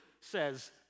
says